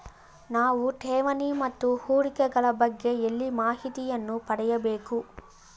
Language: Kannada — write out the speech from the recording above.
ನಾವು ಠೇವಣಿ ಮತ್ತು ಹೂಡಿಕೆ ಗಳ ಬಗ್ಗೆ ಎಲ್ಲಿ ಮಾಹಿತಿಯನ್ನು ಪಡೆಯಬೇಕು?